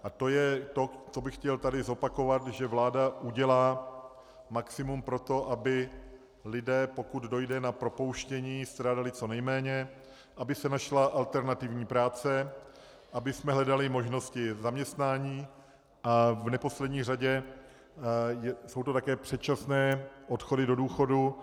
A to je to, co bych chtěl tady zopakovat že vláda udělá maximum pro to, aby lidé, pokud dojde na propouštění, strádali co nejméně, aby se našla alternativní práce, abychom hledali možnosti zaměstnání, a v neposlední řadě jsou to také předčasné odchody do důchodu.